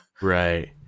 Right